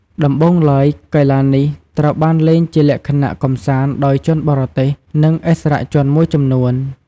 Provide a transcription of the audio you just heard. ដំបូងឡើយ កីឡានេះត្រូវបានលេងជាលក្ខណៈកម្សាន្តដោយជនបរទេស និងឥស្សរជនមួយចំនួន។